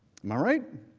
my right?